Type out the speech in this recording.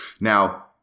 Now